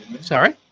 Sorry